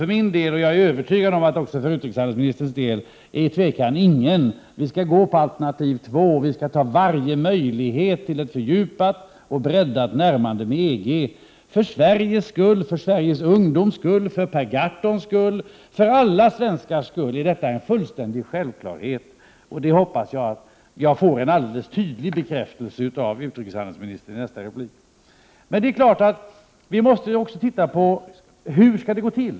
För min del, och jag är övertygad om att det gäller också för utrikeshandelsministerns del, finns det ingen tvekan: Vi skall gå på alternativ två och ta varje möjlighet till ett fördjupat och breddat närmande till EG. För Sveriges skull, för de svenska ungdomarnas skull, för Per Gahrtons skull och för alla svenskars skull är detta en fullständig självklarhet. Jag hoppas att jag får en tydlig bekräftelse på detta från utrikeshandelsministern i hennes nästa inlägg. Vi måste emellertid också ta reda på hur det skall gå till.